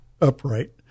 upright